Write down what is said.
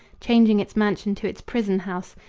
changing its mansion to its prison-house,